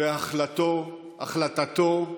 והחלטתו איתו.